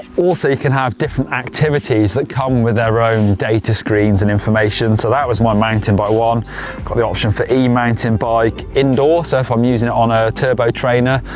also you can have different activities that come with their own data screens and information. so that was my mountain bike one. got the option for e mountain bike, indoor. so if i'm using it on a turbo trainer,